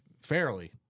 fairly